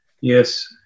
Yes